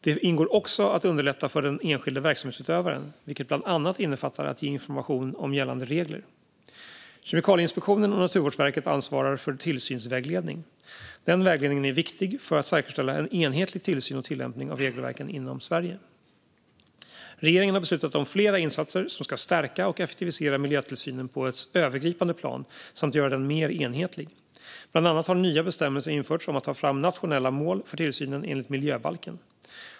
Det ingår också att underlätta för den enskilde verksamhetsutövaren, vilket bland annat innefattar att ge information om gällande regler. Kemikalieinspektionen och Naturvårdsverket ansvarar för tillsynsvägledning. Den vägledningen är viktig för att säkerställa en enhetlig tillsyn och tillämpning av regelverken inom Sverige. Regeringen har beslutat om flera insatser som ska stärka och effektivisera miljötillsynen på ett övergripande plan samt göra den mer enhetlig. Bland annat har nya bestämmelser införts om att ta fram nationella mål för tillsynen enligt miljöbalken.